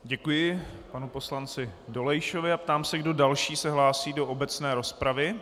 Děkuji panu poslanci Dolejšovi a ptám se, kdo další se hlásí do obecné rozpravy.